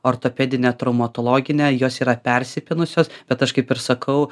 ortopedinė traumatologinė jos yra persipynusios bet aš kaip ir sakau